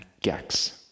Gex